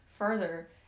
Further